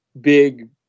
big